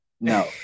No